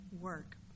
work